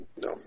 No